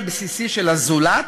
הבסיסי של הזולת